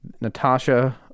Natasha